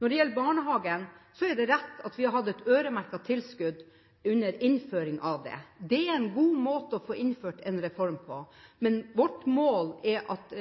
Når det gjelder barnehagen, er det riktig at vi hadde et øremerket tilskudd under innføringen av reformen. Det er en god måte å få innført en reform på. Men vårt mål er at